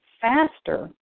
faster